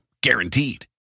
Guaranteed